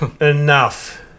enough